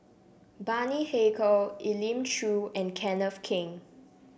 Bani Haykal Elim Chew and Kenneth Keng